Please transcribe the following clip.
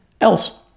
else